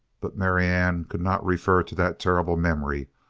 but marianne could not refer to that terrible memory.